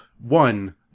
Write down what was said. One